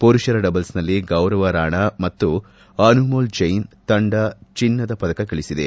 ಪುರುಪರ ಡಬಲ್ಸ್ನಲ್ಲಿ ಗೌರವ ರಾಣಾ ಮತ್ತು ಅನುಮೋಲ್ ಜೈನ್ ತಂಡ ಚಿನ್ನದ ಪದಕ ಗಳಿಸಿದೆ